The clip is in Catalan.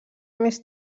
més